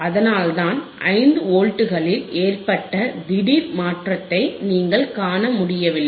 அதனால்தான் 5 வோல்ட்டுகளில் ஏற்பட்ட திடீர் மாற்றத்தை நீங்கள் காண முடியவில்லை